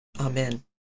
Amen